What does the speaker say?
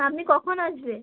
আপনি কখন আসবে